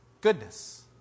goodness